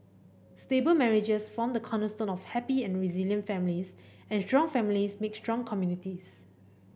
stable marriages form the cornerstone of happy and resilient families and strong families make strong communities